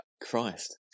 Christ